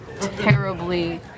terribly